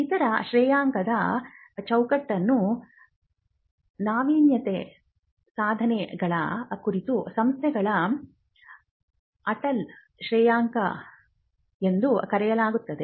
ಇತರ ಶ್ರೇಯಾಂಕದ ಚೌಕಟ್ಟನ್ನು ನಾವೀನ್ಯತೆ ಸಾಧನೆಗಳ ಕುರಿತಾದ ಸಂಸ್ಥೆಗಳ ಅಟಲ್ ಶ್ರೇಯಾಂಕ ಎಂದು ಕರೆಯಲಾಗುತ್ತದೆ